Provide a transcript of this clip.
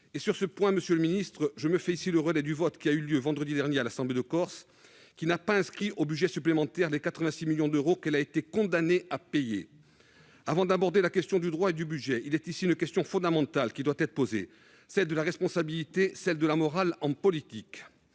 Sur ce dernier point, je me fais ici le relais du vote qui a eu lieu vendredi dernier à l'assemblée de Corse. Celle-ci n'a pas inscrit au budget supplémentaire la somme de 86 millions d'euros qu'elle a été condamnée à payer. Avant d'aborder la question du droit et du budget, une question fondamentale qui doit être posée : celle de la responsabilité et de la morale en politique.